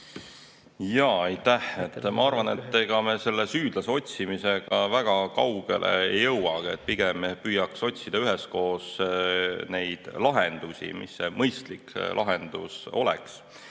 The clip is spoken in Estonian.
Jaa. Aitäh! Ma arvan, et ega me selle süüdlase otsimisega väga kaugele ei jõua. Pigem püüaksime ehk otsida üheskoos neid lahendusi, mis see mõistlik lahendus oleks.